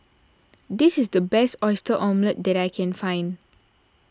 this is the best Oyster Omelette that I can find